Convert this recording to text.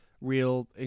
real